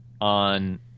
on